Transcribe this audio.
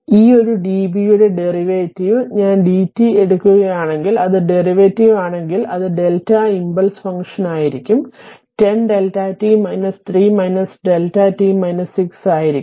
ഈ ഒരു dv യുടെ ഡെറിവേറ്റീവ് ഞാൻ dt വഴി എടുക്കുകയാണെങ്കിൽ അത് ഡെറിവേറ്റീവ് ആണെങ്കിൽ അത് Δ ഇംപൾസ് ഫംഗ്ഷനായിരിക്കും 10 Δ t 3 Δ t 6 ആയിരിക്കും